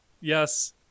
Yes